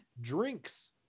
drinks